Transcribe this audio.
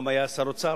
הוא גם היה שר אוצר.